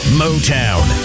motown